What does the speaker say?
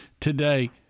today